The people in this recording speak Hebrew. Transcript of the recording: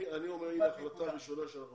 אני אומר כהחלטה ראשונה שהם